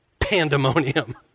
pandemonium